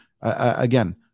again